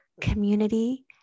community